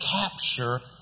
capture